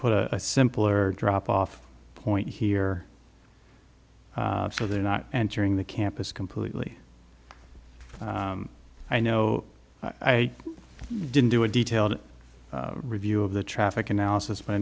put a simpler drop off point here so they're not entering the campus completely i know i didn't do a detailed review of the traffic analysis but i